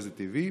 וזה טבעי,